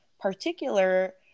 particular